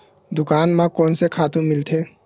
दुकान म कोन से खातु मिलथे?